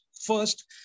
First